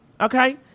Okay